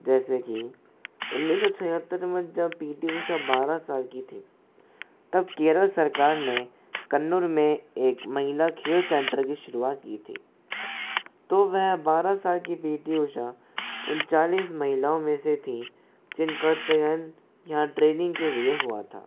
जैसे कि उन्नीस सौ छिहत्तर में जब पी टी ऊषा बारह साल की थी तब केरल सरकार ने कन्नूर में एक महिला खेल सेंटर की शुरुआत की थी तो वह बारह साल की पी टी ऊषा उन चालीस महिलाओं में से थी जिनका चयन यहाँ ट्रैनिंग के लिए हुआ था